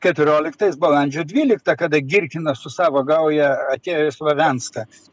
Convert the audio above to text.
keturioliktais balandžio dvyliktą kada girkinas su savo gauja atėjo slavenską